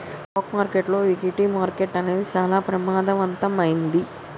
stock మార్కెట్టులో equity market అనేది చానా ప్రభావవంతమైంది